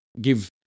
give